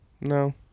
No